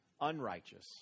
unrighteous